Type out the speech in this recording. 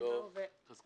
--- בהמשך